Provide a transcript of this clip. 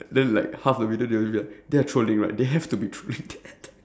then like half the video they'll be like they are trolling right they have to be trolling